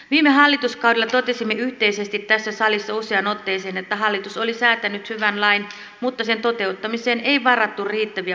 viime hallituskaudella totesimme yhteisesti tässä salissa useaan otteeseen että hallitus oli säätänyt hyvän lain mutta sen toteuttamiseen ei varattu riittäviä resursseja